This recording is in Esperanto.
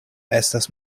estas